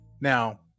Now